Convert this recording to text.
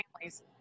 families